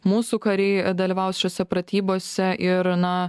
mūsų kariai a dalyvaus šiose pratybose ir na